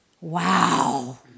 Wow